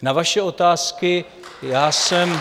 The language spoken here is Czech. Na vaše otázky já jsem...